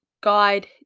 guide